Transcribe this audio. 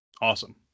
awesome